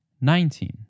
nineteen